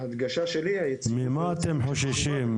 ההדגשה שלי -- ממה אתם חוששים?